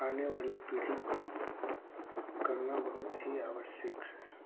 आने वाले पीढ़ी को करना बहुत ही आवश्यक है